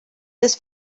this